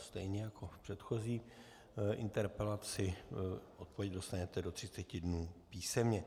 Stejně jako v předchozí interpelaci odpověď dostanete do 30 dnů písemně.